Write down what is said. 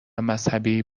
مذهبی